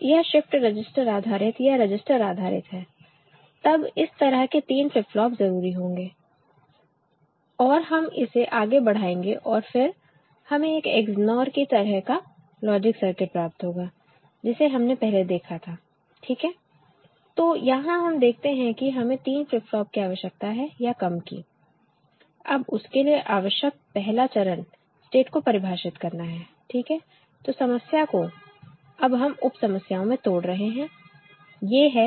तो यह shift register आधारित या रजिस्टर आधारित है तब इस तरह के 3 फ्लिप फ्लॉप जरूरी होंगेऔर हम इसे आगे बढ़ाएंगे और फिर हमें एक XNOR की तरह का लॉजिक सर्किट प्राप्त होगा जिसे हमने पहले देखा था ठीक हैतो यहां हम देखते हैं कि हमें 3 फ्लिप फ्लॉप की आवश्यकता है या कम की अब उसके लिए आवश्यक पहला चरण स्टेट को परिभाषित करना है ठीक है तो समस्या को अब हम उप समस्याओं में तोड़ रहे हैं ये है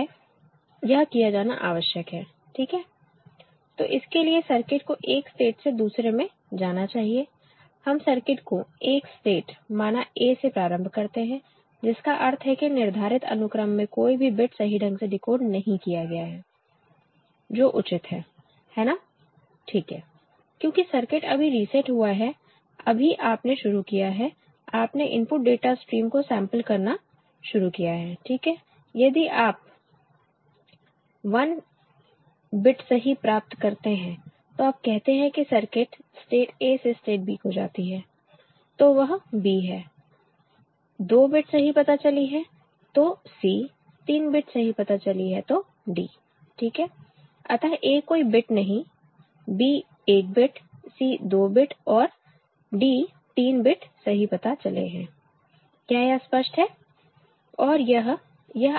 यह किया जाना आवश्यक है ठीक है तो इसके लिए सर्किट को एक स्टेट से दूसरे में जाना चाहिए हम सर्किट को एक स्टेट माना a से प्रारंभ करते हैं जिसका अर्थ है कि निर्धारित अनुक्रम में कोई भी बिट सही ढंग से डिकोड नहीं किया गया है जो उचित है है ना ठीक है क्योंकि सर्किट अभी रिसेट हुआ है अभी आपने शुरू किया है आपने इनपुट डाटा स्ट्रीम को सैंपल करना शुरू किया है ठीक है अब यदि आप 1 बिट सही प्राप्त करते हैं तो आप कहते हैं कि सर्किट स्टेट a से स्टेट b को जाती है तो वह b है 2 बिट सही पता चली है तो c 3 बिट सही पता चली है तो d ठीक है अतः a कोई बिट नहीं b 1 बिट c 2 बिट और d 3 बिट सही पता चले हैं क्या यह स्पष्ट है